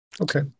Okay